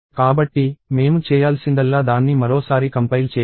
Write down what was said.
కాబట్టి మేము చేయాల్సిందల్లా దాన్ని మరోసారి కంపైల్ చేయాలి